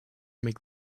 make